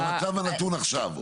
בנתון עכשיו.